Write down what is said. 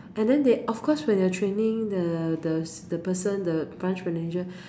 and then they of cause when you're training the the the person the branch manager